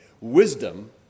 Wisdom